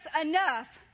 enough